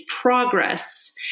progress